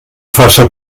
faça